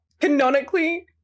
canonically